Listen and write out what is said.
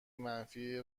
منفی